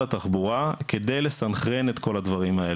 התחבורה כדי לסנכרן את כל הדברים האלה,